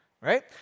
right